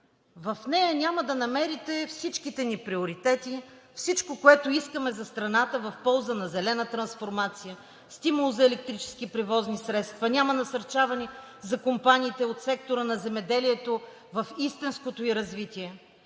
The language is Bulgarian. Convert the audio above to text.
В нея няма да намерите всичките ни приоритети, всичко, което искаме за страната в полза на зелена трансформация, стимул за електрически превозни средства, няма насърчаване за компаниите от сектора на земеделието в истинското ѝ развитие.